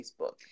Facebook